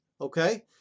Okay